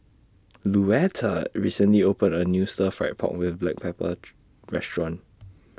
Luetta recently opened A New Stir Fried Pork with Black Pepper Restaurant